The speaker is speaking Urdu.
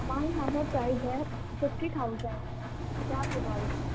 ہمارے یہاں پر پرائز ہے ففٹی تھاؤزنڈ پچاس ہزار روپے